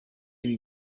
ibi